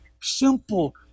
Simple